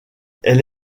elle